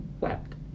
wept